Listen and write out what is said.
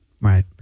Right